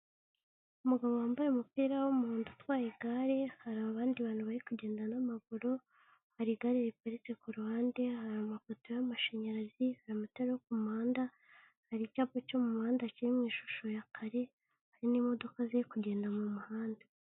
Umugabo wambaye umupira w'umuhondo, utwaye igare, hari abandi bantu bari kugenda n'amaguru, hari igare riparitse kuruhande, hari amapoto y'amashanyarazi, hari amatara yo kumuhanda, hari icyapa cyo mumuhanda kiri mu ishusho ya kare, hari n'imodoka ziri kugenda mu muhanda.